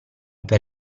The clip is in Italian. per